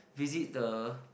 visit the